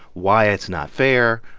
why it's not fair,